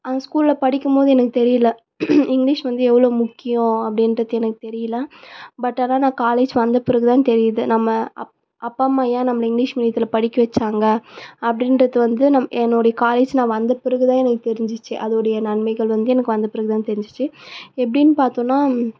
அந்த ஸ்கூலில் படிக்கும்போது எனக்கு தெரியலை இங்க்லீஷ் வந்து எவ்வளவு முக்கியம் அப்படின்றது எனக்கு தெரியலை பட் ஆனால் நான் காலேஜ் வந்த பிறகு தான் தெரியுது நம்ம அப் அப்பா அம்மா ஏன் நம்மளை இங்க்லீஷ் மீடியத்தில் படிக்க வெச்சாங்க அப்படின்றது வந்து நம் என்னுடைய காலேஜ் நான் வந்த பிறகுதான் எனக்கு தெரிஞ்சுச்சு அதோடைய நன்மைகள் வந்து எனக்கு வந்த பிறகு தான் தெரிஞ்சுச்சு எப்படின்னு பார்த்தோன்னா